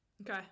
Okay